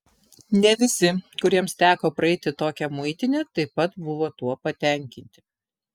ne visi kuriems teko praeiti tokią muitinę taip pat buvo tuo patenkinti